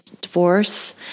divorce